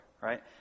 right